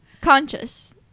Conscious